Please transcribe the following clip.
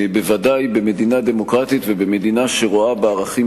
בוודאי במדינה דמוקרטית ובמדינה שרואה בערכים